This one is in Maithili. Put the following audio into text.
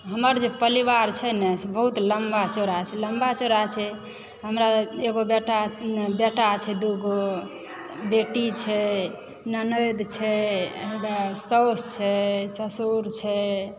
हमर जे परिवार छै न से बहुत लम्बा चौड़ा छै लम्बा चौड़ा छै हमर एगो बेटा बेटा छै दुगो बेटी छै ननदि छै हे वएह साउस छै ससुर छै